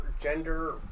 gender